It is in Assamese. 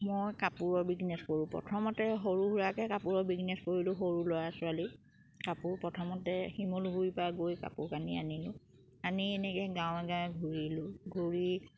মই কাপোৰৰ বিজনেছ কৰোঁ প্ৰথমতে সৰু সুৰাকে কাপোৰৰ বিজনেছ কৰিলোঁ সৰু ল'ৰা ছোৱালী কাপোৰ প্ৰথমতে শিমলুগুৰিৰ পৰা গৈ কাপোৰ কানি আনিলোঁ আনি এনেকে গাঁৱে গাঁৱে ঘূৰিলোঁ ঘূৰি